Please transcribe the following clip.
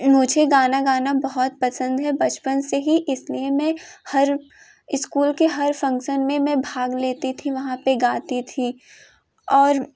मुझे गाना गाना बहुत पसंद है बचपन से ही इसलिए मैं हर इस्कूल के हर फ़ँक्सन में मैं भाग लेती थी वहाँ पे गाती थी और